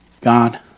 God